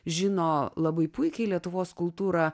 žino labai puikiai lietuvos kultūrą